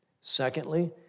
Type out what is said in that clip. Secondly